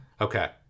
Okay